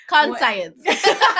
Conscience